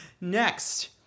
Next